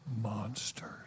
Monsters